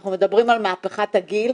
אנחנו מדברים על מהפכת הגיל,